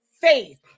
faith